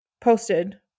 posted